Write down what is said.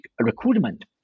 recruitment